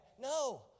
No